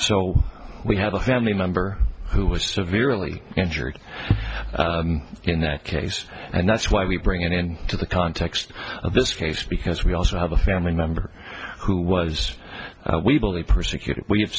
so we have a family member who was severely injured in that case and that's why we bring an end to the context of this case because we also have a family member who was we believe persecuted we